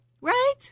Right